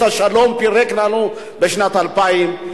את השלום פירק לנו בשנת 2000,